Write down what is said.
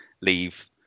leave